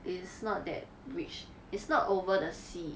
it's not that bridge it's not over the sea